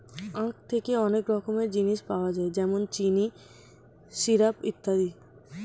আখ থেকে অনেক রকমের জিনিস পাওয়া যায় যেমন চিনি, সিরাপ ইত্যাদি